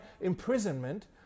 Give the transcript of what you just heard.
imprisonment